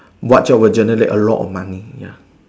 what job would generate a lot of money ya